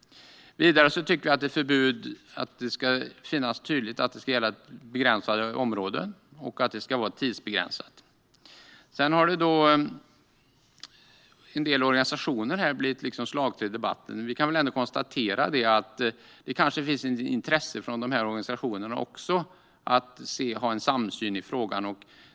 Vidare tycker vi att det ska göras tydligt att ett förbud ska gälla i begränsade områden och under begränsad tid. Vissa organisationer har blivit slagträn i debatten. Vi kan konstatera att det kanske finns intresse även från dessa organisationer av att ha en samsyn i frågan.